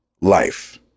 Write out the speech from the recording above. life